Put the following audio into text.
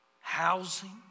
housing